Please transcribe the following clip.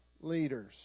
leaders